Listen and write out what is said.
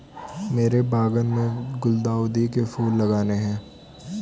मेरे बागान में गुलदाउदी के फूल लगाने हैं